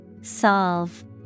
Solve